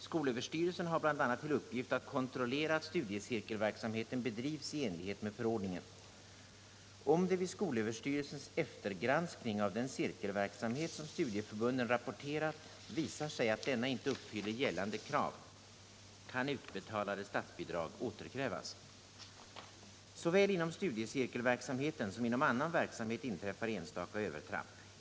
Skolöverstyrelsen har bl.a. till uppgift att kontrollera att studiecirkelverksamheten bedrivs i enlighet med förordningen. Om det vid skolöverstyrelsens eftergranskning av den cirkelverksamhet som studieförbunden rapporterat visar sig att denna inte uppfyller gällande krav, kan utbetalade statsbidrag återkrävas. Såväl inom studiecirkelverksamheten som inom annan verksamhet in träffar enstaka övertramp.